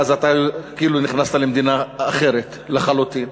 ואז אתה כאילו נכנסת למדינה אחרת לחלוטין.